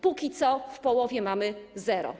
Póki co w połowie mamy zero.